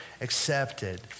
accepted